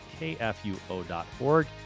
kfuo.org